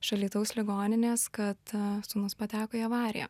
iš alytaus ligoninės kad sūnus pateko į avariją